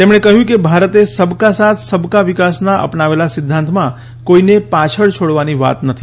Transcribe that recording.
તેમણે કહ્યું કે ભારતે સબકા સાથ સબકા વિકાસના અપનાવેલા સિધ્ધાંતમાં કોઇને પાછળ છોડવાની વાત નથી